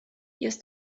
jest